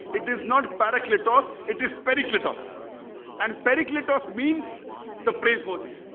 it is not parakletos. it is parakletos and parakletos means the praiseworthy